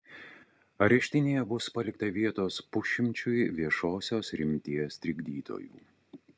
areštinėje bus palikta vietos pusšimčiui viešosios rimties trikdytojų